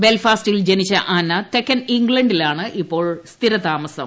ബൽഫാസ്റ്റിൽ ജനിച്ച അന്ന തെക്കൻ ഇംഗ്ല ിലാണ് ഇപ്പോൾ സ്ഥിരതാമസം